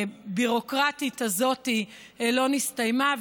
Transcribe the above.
הביורוקרטית הזאת לא הסתיימה,